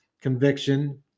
conviction